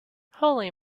holy